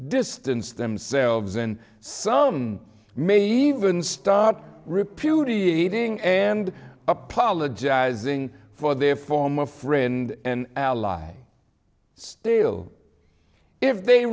distance themselves and some may even start reputed eating and apologizing for their former friend and ally still if they